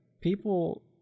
people